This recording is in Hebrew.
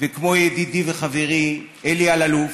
וכמו ידידי וחברי אלי אלאלוף,